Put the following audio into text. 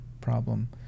problem